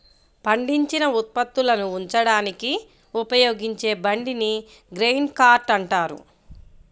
పండించిన ఉత్పత్తులను ఉంచడానికి ఉపయోగించే బండిని గ్రెయిన్ కార్ట్ అంటారు